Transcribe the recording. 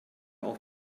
auch